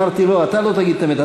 אמרתי: לא, אתה לא תגיד את האמת.